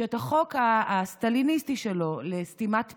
שאת החוק הסטליניסטי שלו לסתימת פיות,